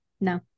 No